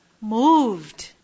moved